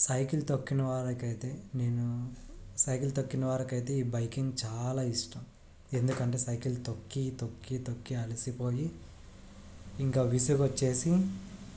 cycle తొక్కిన వాళ్ళకైతే నేను సైకిల్ తొక్కిన వారకైతే ఈ బైకింగ్ చాలా ఇష్టం ఎందుకంటే సైకిల్ తొక్కి తొక్కి తొక్కి అలసిపోయి ఇంక విసుగు వచ్చేసి